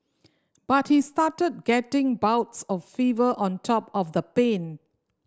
but he started getting bouts of fever on top of the pain